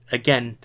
again